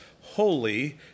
holy